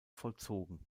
vollzogen